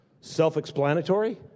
self-explanatory